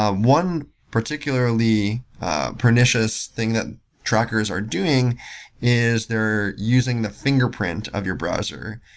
ah one particularly pernicious thing that trackers are doing is they're using the fingerprint of your browser.